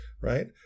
right